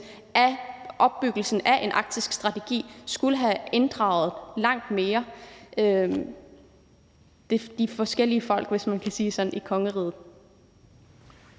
i opbygningen af en arktisk strategi. Den skulle langt mere have inddraget de forskellige folk, hvis man kan sige det sådan, i kongeriget.